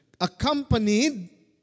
accompanied